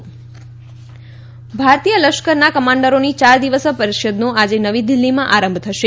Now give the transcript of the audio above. army commanders ભારતીય લશ્કરના કમાન્ડરોની ચાર દિવસીય પરીષદનો આજે નવી દિલ્હીમાં આરંભ થશે